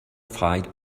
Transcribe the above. fried